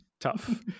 tough